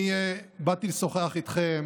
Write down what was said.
אני באתי לשוחח איתכם